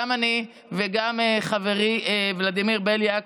גם אני וגם חברי ולדימיר בליאק,